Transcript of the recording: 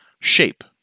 shape